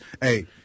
hey